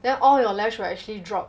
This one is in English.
then all your lash will actually drop